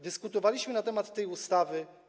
Dyskutowaliśmy na temat tej ustawy.